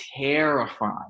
terrifying